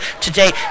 today